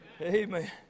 Amen